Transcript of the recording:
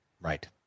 right